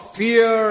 fear